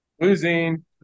Losing